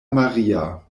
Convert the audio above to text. maria